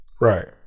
Right